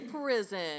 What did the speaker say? Prison